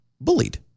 bullied